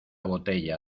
botella